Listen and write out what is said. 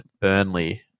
Burnley